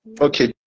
Okay